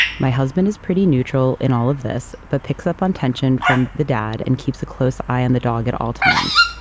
my husband is pretty neutral in all of this, but picks up on tension from the dad and keeps a close eye on the dog at all times.